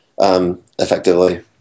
Effectively